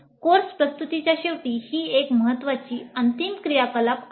course प्रस्तुतीच्या शेवटी ही एक महत्त्वाची अंतिम क्रियाकलाप आहे